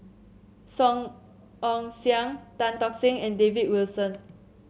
Song Ong Siang Tan Tock Seng and David Wilson